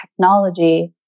technology